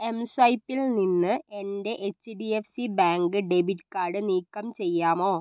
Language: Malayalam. എം സ്വൈപ്പിൽ നിന്ന് എൻ്റെ H D F C bank debit card നീക്കം ചെയ്യാമോ